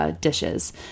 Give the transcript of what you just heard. dishes